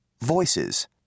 Voices